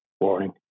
warning